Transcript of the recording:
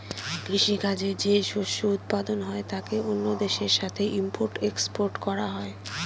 কৃষি কাজে যে শস্য উৎপাদন হয় তাকে অন্য দেশের সাথে ইম্পোর্ট এক্সপোর্ট করা হয়